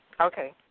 Okay